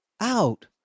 out